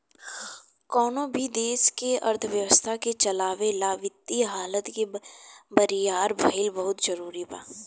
कवनो भी देश के अर्थव्यवस्था के चलावे ला वित्तीय हालत के बरियार भईल बहुते जरूरी बा